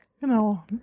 Genau